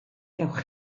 gewch